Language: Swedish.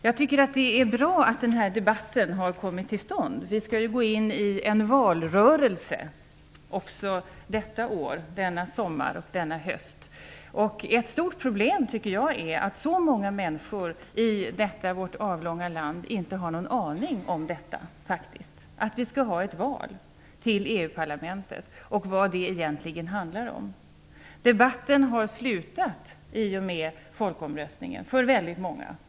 Jag tycker att det är bra att den här debatten har kommit till stånd. Vi skall ju gå in i en valrörelse också detta år, denna sommar och denna höst. Ett stort problem är att så många människor i detta vårt avlånga land inte har någon aning om att vi skall ha ett val till EU-parlamentet och vad det egentligen handlar om. Debatten har upphört i och med folkomröstningen för väldigt många.